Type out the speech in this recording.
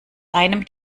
einem